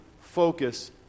focus